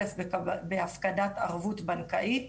אלף בהפקדת ערבות בנקאית.